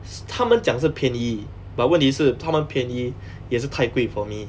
s~ 他们讲是便宜 but 问题是他们便宜也是太贵 for me